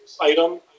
item